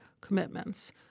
commitments